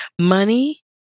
Money